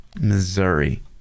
missouri